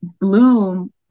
Bloom